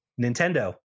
Nintendo